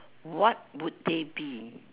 what would they be